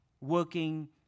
working